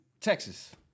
Texas